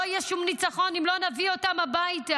לא יהיה שום ניצחון אם לא נביא אותם הביתה.